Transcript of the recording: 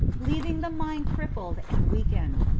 leaving the mind crippled and weakened.